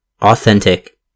authentic